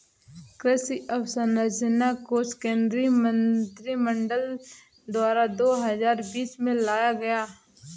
कृषि अंवसरचना कोश केंद्रीय मंत्रिमंडल द्वारा दो हजार बीस में लाया गया